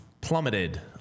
plummeted